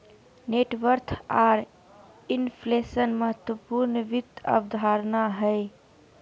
net worth आर inflation महत्वपूर्ण वित्त अवधारणा हय